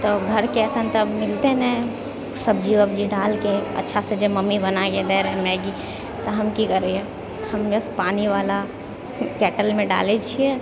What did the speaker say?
तऽ घरके अइसन तऽ मिलतै नइँ स सब्जी अब्जी डालके अच्छासे जे मम्मी बनायके दै रहै मैगी तऽ हम की करियै हम बस पानीबला कैटल मे डालै छियै